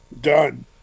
Done